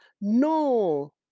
no